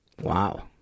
Wow